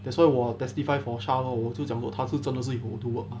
that's why 我 testify for shah lor 我就讲过他是真的是有 do work ah